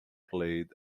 played